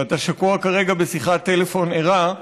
ששקוע כרגע בשיחת טלפון ערה,